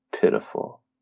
Pitiful